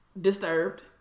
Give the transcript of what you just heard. disturbed